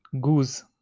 goose